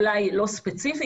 אולי לא ספציפית,